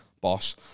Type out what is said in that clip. Boss